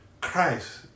Christ